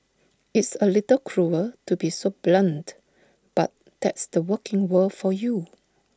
it's A little cruel to be so blunt but that's the working world for you